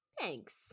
Thanks